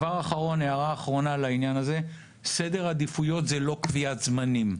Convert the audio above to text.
הערה אחרונה, סדר עדיפויות זה לא קביעת זמנים.